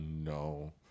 no